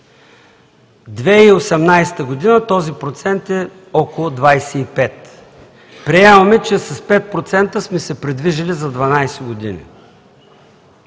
2018 г. този процент е около 25. Приемаме, че с 5% сме се придвижили за 12 години.